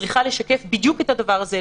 צריך לשקף בדיוק את הדבר הזה,